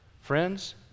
friends